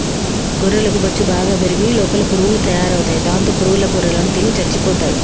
గొర్రెలకు బొచ్చు బాగా పెరిగి లోపల పురుగులు తయారవుతాయి దాంతో పురుగుల గొర్రెలను తిని చచ్చిపోతాయి